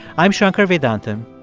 i'm shankar vedantam,